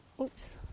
Oops